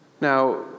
Now